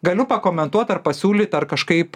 galiu pakomentuot ar pasiūlyt ar kažkaip